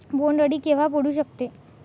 बोंड अळी केव्हा पडू शकते?